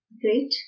Great